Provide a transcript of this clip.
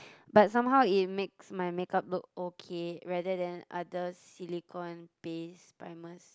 but somehow it makes my make-up look okay rather than other silicone paste primers